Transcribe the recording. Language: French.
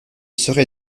serait